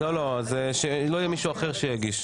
לא, זה שלא יהיה מישהו אחר שיגיש.